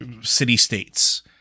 city-states